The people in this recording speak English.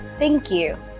thank you.